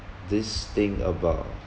this thing about